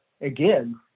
Again